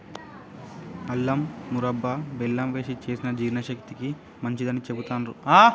అల్లం మురబ్భ బెల్లం వేశి చేసిన జీర్ణశక్తికి మంచిదని చెబుతాండ్రు